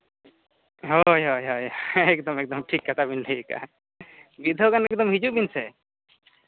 ᱦᱳᱭ ᱦᱳᱭ ᱮᱠᱫᱚᱢ ᱮᱠᱫᱚᱢ ᱴᱷᱤᱠ ᱠᱟᱛᱷᱟ ᱵᱤᱱ ᱞᱟᱹᱭ ᱠᱟᱜᱼᱟ ᱢᱤᱫ ᱫᱷᱟᱹᱣ ᱜᱟᱱ ᱮᱠᱫᱚᱢ ᱦᱤᱡᱩᱜ ᱵᱤᱱ ᱥᱮ